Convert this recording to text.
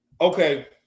Okay